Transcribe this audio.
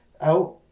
out